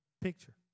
picture